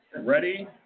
Ready